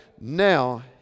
now